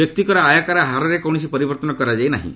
ବ୍ୟକ୍ତିଗତ ଆୟକର ହାରରେ କୌଣସି ପରିବର୍ତ୍ତନ କରାଯାଇ ନାହିଁ